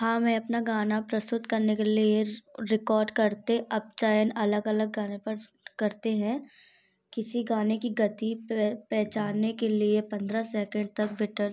हाँ मैं अपना गाना प्रस्तुत करने के लिए ये रिकॉर्ड करते अब चाहे अलग अलग गानों पर करते हैं किसी गाने के गति पहचानने के लिए पंद्रह सेकेंड तक विटर्स